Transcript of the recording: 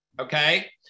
okay